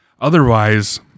Otherwise